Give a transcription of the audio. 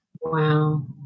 Wow